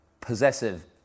possessive